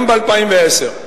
גם ב-2010,